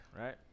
right